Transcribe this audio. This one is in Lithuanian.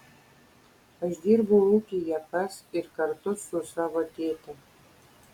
aš dirbu ūkyje pas ir kartu su savo tėte